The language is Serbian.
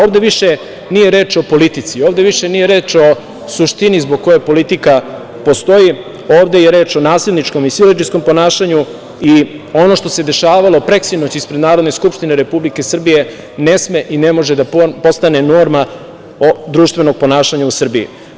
Ovde više nije reč o politici, ovde više nije reč o suštini zbog koje politika postoji, ovde je reč o nasilničkom i siledžijskom ponašanju i ono što se dešavalo preksinoć ispred Narodne skupštine Republike Srbije, ne sme i ne može da postane norma društvenog ponašanja u Srbiji.